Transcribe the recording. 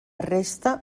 resta